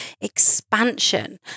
expansion